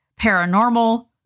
paranormal